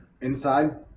Inside